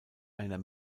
einer